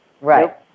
right